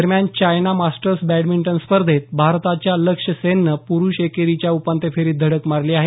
दरम्यान China Masters badminton स्पर्धेत भारताच्या लक्ष्य सेननं पुरुष एकेरीच्या उपान्त्य फेरीत धडक मारली आहे